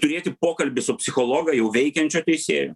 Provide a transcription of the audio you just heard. turėti pokalbį su psichologą jau veikiančio teisėjo